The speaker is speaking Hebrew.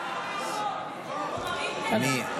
נגד אבי דיכטר,